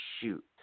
shoot